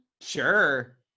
sure